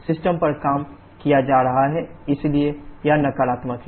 system पर काम किया जा रहा है इसलिए यह नकारात्मक है